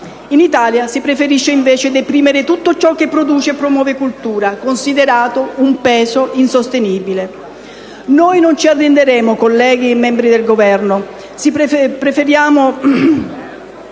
In Italia si preferisce invece deprimere tutto ciò che produce e promuove cultura, considerata un peso insostenibile. Noi non ci arrenderemo e proseguiremo con le nostre